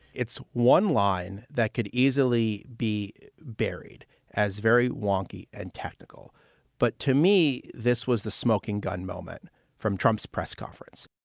it's one line that could easily be buried as very wonky and technical but to me, this was the smoking gun moment from trump's press conference,